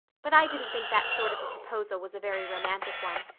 but i didn't think that sort of a proposal was a very romantic one,